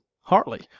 Hartley